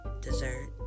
dessert